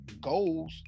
goals